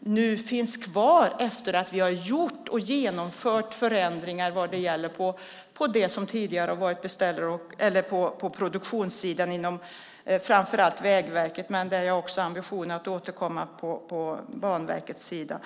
nu finns kvar efter att vi har genomfört förändringar på produktionssidan inom framför allt Vägverket. Jag har ambitionen att återkomma också på Banverkets sida.